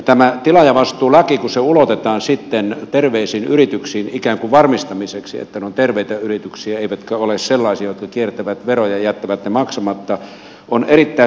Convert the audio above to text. tämä tilaajavastuulaki kun se ulotetaan sitten terveisiin yrityksiin ikään kuin sen varmistamiseksi että ne ovat terveitä yrityksiä eivätkä ole sellaisia jotka kiertävät veroja ja jättävät ne maksamatta on erittäin hyvä